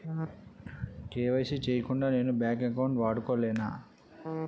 KYC చేయకుండా నేను bank account వాడుకొలేన?